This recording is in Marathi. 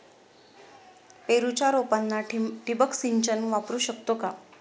पेरूच्या रोपांना ठिबक सिंचन वापरू शकतो का?